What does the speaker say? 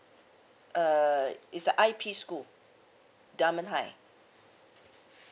uh is a I_P school diamond high